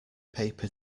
paper